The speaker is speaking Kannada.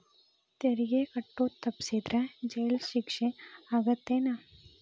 ತೆರಿಗೆ ಕಟ್ಟೋದ್ ತಪ್ಸಿದ್ರ ಜೈಲ್ ಶಿಕ್ಷೆ ಆಗತ್ತೇನ್